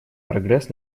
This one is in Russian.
прогресс